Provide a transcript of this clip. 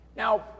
Now